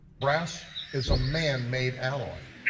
brass is a manmade alloy.